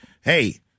hey